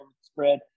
spread